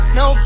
no